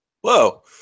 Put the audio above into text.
Whoa